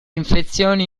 infezioni